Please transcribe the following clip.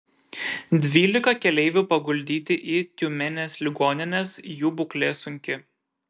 dvylika keleivių paguldyti į tiumenės ligonines jų būklė sunki